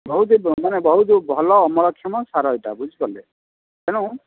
ବହୁତ ମାନେ ବହୁତ ଭଲ ଅମଳକ୍ଷମ ସାର ଏଇଟା ବୁଝି ପାରିଲେ ତେଣୁ